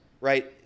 right